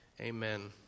amen